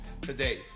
today